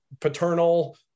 paternal